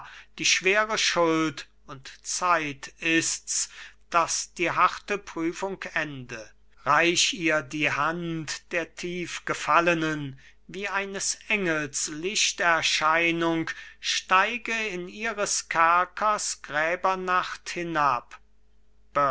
die schwere schuld und zeit ist's daß die harte prüfung ende reich ihr die hand der tiefgefallenen wie eines engels lichterscheinung steige in ihres kerkers gräbernacht hinab